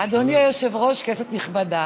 אדוני היושב-ראש, כנסת נכבדה,